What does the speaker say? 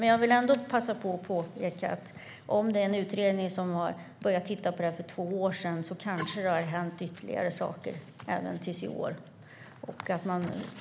Jag vill ändå passa på att påpeka att om en utredning började titta på frågan för två år sedan kanske det har hänt ytterligare fram till i år.